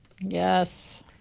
Yes